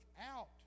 out